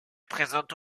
présente